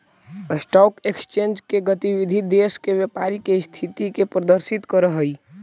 stock exchange के गतिविधि देश के व्यापारी के स्थिति के प्रदर्शित करऽ हइ